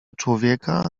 człowieka